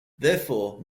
therefore